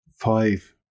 five